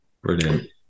Brilliant